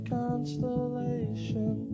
constellation